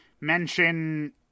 mention